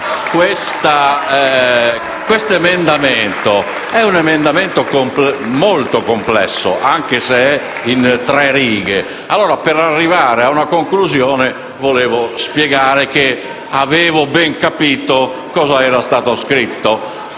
L'emendamento 1.3 è molto complesso, anche se è di una sola riga! Allora, per arrivare ad una conclusione, volevo spiegare che avevo ben capito cosa era stato scritto.